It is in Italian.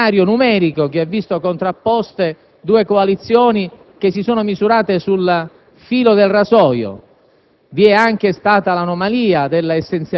- sia per lo scenario numerico, che ha visto contrapposte due coalizioni che si sono misurate sul filo del rasoio.